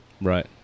Right